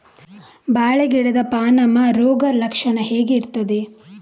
ಬಾಳೆ ಗಿಡದ ಪಾನಮ ರೋಗ ಲಕ್ಷಣ ಹೇಗೆ ಇರ್ತದೆ?